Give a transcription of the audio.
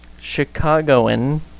Chicagoan